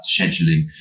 scheduling